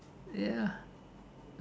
ya